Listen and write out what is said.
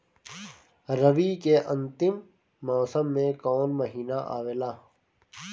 रवी के अंतिम मौसम में कौन महीना आवेला?